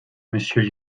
monsieur